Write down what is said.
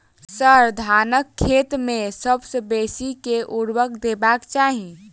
sir, धानक खेत मे सबसँ बेसी केँ ऊर्वरक देबाक चाहि